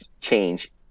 change